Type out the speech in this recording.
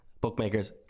bookmakers